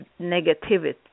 negativity